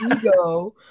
ego